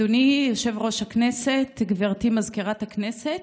אדוני יושב-ראש הכנסת, גברתי מזכירת הכנסת,